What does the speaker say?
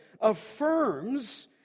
affirms